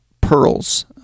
pearls